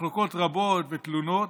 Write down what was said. מחלוקות רבות ותלונות,